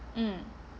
mm